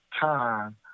time